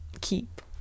keep